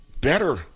better